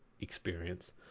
experience